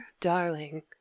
darling